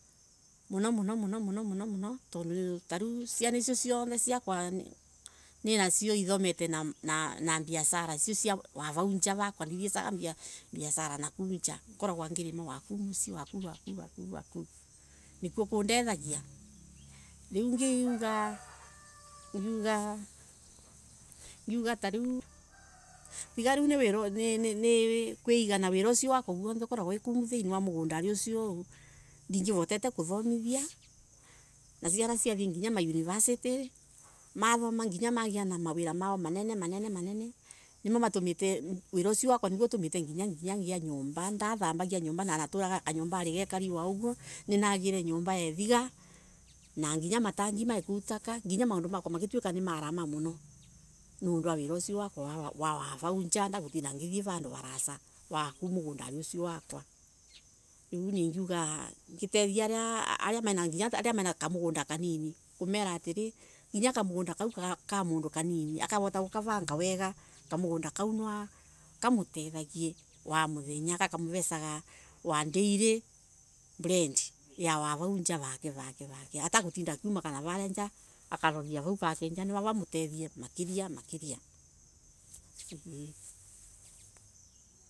Muno muno muno tondo ta riu ciana icio ciakwa ninasio ithomete na biashama cia vau gwakwa jaa, ngoragwa ngirima wav au vakwa nikuo kudethagia. Ngiuga tariu taaa tiga ni kwiiga na wiramugundari ndingevota. Kuthomithia na ciana ciathe nginya anniversary mathoma nginya magia na mawira mao manene nimo matumite wira usio wakwa utumite nginya ngie nyomba, naturaga kanyomba kavana wa uguo ninagire nyomba ya ithiga na nginya Matangi maguku taka na nginya maundu makwa magwituika nimaalama muno riu ningeuga ngitethia nginya aria mena kamugundo kanini ningemera atiri nginya kaugunda kau ka nini akavuta gukavanga wega kamugunda kau nikamutethie wa muthenyaa gakamuvesaga daily bread yaw a vau gwake jaa atagutinda akiumagara nav au jaa vau jaa gwake nivamutethie makiria.